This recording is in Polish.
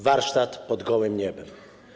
Warsztat pod gołym niebem.